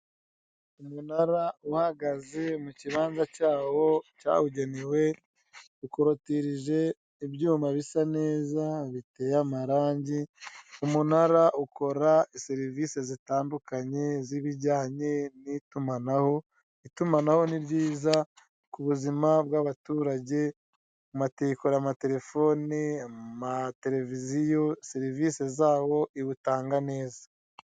Umunara uhagaze mu kibanza cyawo cyabugenewe ukurutirije ibyuma bisa neza biteye amarangi ,umunara ukora serivisi zitandukanye z'ibijyanye n'itumanaho itumanaho ni ryiza ku buzima bw'abaturage mate ikora kuma terefoni na tereviziyo serivisi zawo izitanga neza.